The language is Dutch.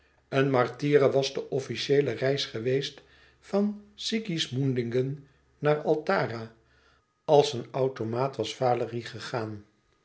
een martyre was de officieele reis geweest van sigismundingen naar altara als een automaat was valérie gegaan